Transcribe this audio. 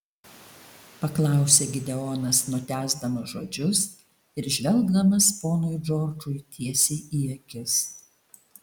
paklausė gideonas nutęsdamas žodžius ir žvelgdamas ponui džordžui tiesiai į akis